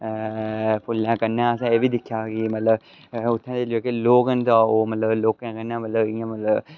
फुल्लें कन्नै एह् बी दिक्खेआ की मतलव उत्थें दे जेह्के लैक न ते ओह् लोकें कन्नै मतलव